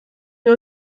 wir